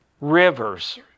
Rivers